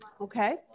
Okay